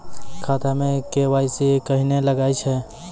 खाता मे के.वाई.सी कहिने लगय छै?